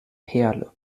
perle